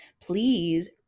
please